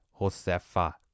Josefa